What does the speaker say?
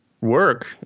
work